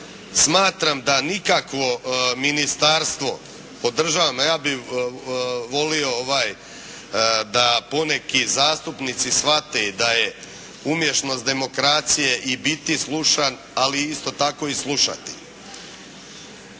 smatram da nikakvo ministarstvo podržavam, a ja bih volio da poneki zastupnici shvate da je umješnost demokracije i biti slušan, ali isto tako i slušati.